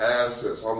assets